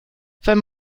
wenn